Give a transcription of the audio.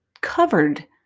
Covered